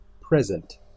present